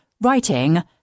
writing